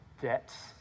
debts